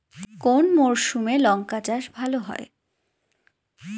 কোন মরশুমে লঙ্কা চাষ ভালো হয়?